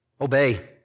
obey